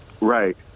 Right